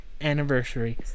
anniversary